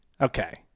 Okay